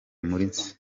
muri